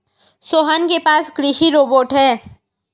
सोहन के पास कृषि रोबोट है